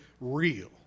real